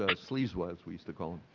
ah sleeves was we used to call